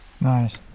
nice